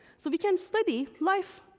so we can study life.